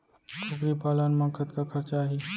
कुकरी पालन म कतका खरचा आही?